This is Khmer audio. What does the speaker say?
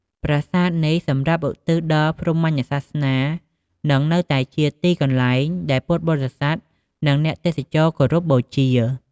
ប្រាសាទនេះសម្រាប់ ឧទ្ទិសដល់ព្រហ្មញ្ញសាសនា និងនៅតែជាទីកន្លែងដែលពុទ្ធបរិស័ទ និងអ្នកទេសចរគោរពបូជា។